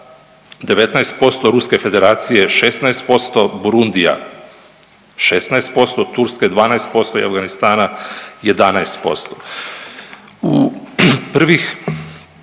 19%, Ruske Federacije 16%, Burundija 16%, Turske 12% i Afganistana 11%.